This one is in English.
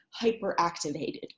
hyperactivated